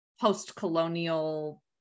post-colonial